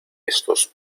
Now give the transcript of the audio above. estos